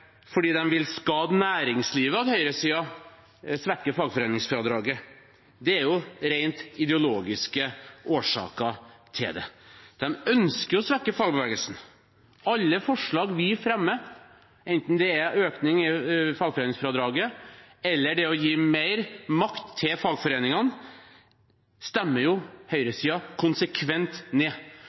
fordi de vil skade næringslivet at høyresiden svekker fagforeningsfradraget. Det er rent ideologiske årsaker til det. De ønsker å svekke fagbevegelsen. Alle forslag vi fremmer, enten om økning i fagforeningsfradraget eller om å gi mer til makt til fagforeningene, stemmer høyresiden konsekvent ned.